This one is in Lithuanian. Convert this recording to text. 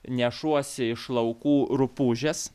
nešuosi iš laukų rupūžes